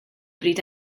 bryd